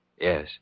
Yes